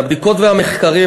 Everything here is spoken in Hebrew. מהבדיקות ומהמחקרים,